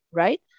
right